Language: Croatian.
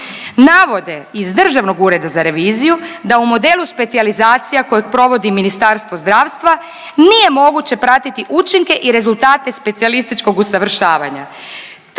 Navode iz Državnog ureda za reviziju da u modelu specijalizacija kojeg provodi Ministarstvo zdravstva nije moguće pratiti učinke i rezultate specijalističkog usavršavanja